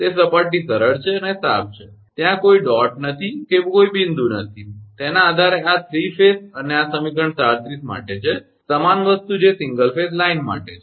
તે સપાટી સરળ છે અને સાફ છે ત્યાં કોઈ બિંદુ નથી તેના આધારે આ 3 ફેઝ અને સમીકરણ 37 માટે છે સમાન વસ્તુ જે સિંગલ ફેઝ લાઇન માટે છે